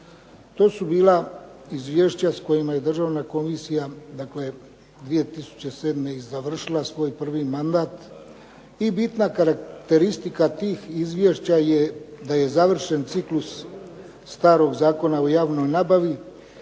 To su bila Izvješća s kojima je Državna komisija, dakle 2007. i završila svoj prvi mandat. I bitna karakteristika tih izvješća je da je završen ciklus starog Zakona o javnoj nabavi